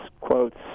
quotes